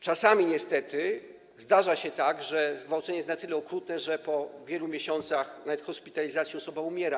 Czasami niestety zdarza się tak, że zgwałcenie jest na tyle okrutne, że po wielu miesiącach, nawet hospitalizacji, osoba umiera.